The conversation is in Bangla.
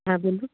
হ্যাঁ বলুন